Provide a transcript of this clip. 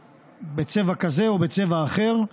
בצבע כזה או בצבע אחר,